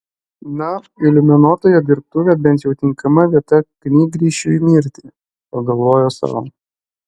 na iliuminuotojo dirbtuvė bent jau tinkama vieta knygrišiui mirti pagalvojo sau